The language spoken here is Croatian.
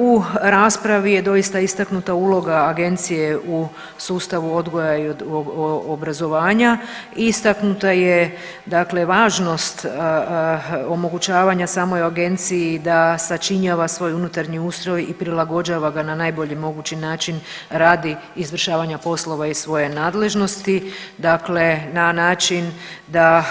U raspravi je doista istaknuta uloga agencije u sustavu odgoja i obrazovanja, istaknuta je važnost omogućavanja samoj agenciji da sačinjava svoj unutarnji ustroj i prilagođava ga na najbolji mogući način radi izvršavanja poslova iz svoje nadležnosti, na način da